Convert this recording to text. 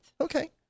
okay